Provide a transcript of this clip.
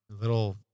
little